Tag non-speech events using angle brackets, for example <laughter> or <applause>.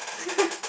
<laughs>